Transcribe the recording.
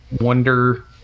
wonder